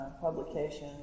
publication